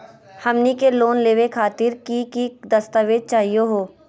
हमनी के लोन लेवे खातीर की की दस्तावेज चाहीयो हो?